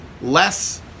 less